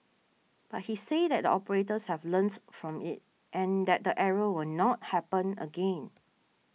but he said that the operators have learnt from it and that the error will not happen again